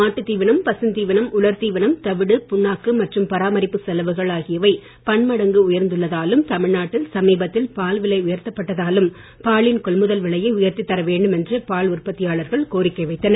மாட்டுத் தீவனம் பசுந் தீவனம் உலர் தீவனம் தவிடு புண்ணாக்கு மற்றும் பராமரிப்பு செலவுகள் ஆகியவை பன்மடங்கு உயர்ந்துள்ளதாலும் தமிழ்நாட்டில் சமீபத்தில் பால் விலை உயர்த்தப்பட்டதாலும் பாலின் கொள்முதல் விலையை உயர்த்தித் தர வேண்டும் என்று பால் உற்பத்தியாளர்கள் கோரிக்கை வைத்தனர்